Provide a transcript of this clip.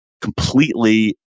completely